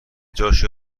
جاشو